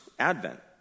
Advent